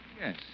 Yes